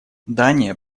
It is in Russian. дания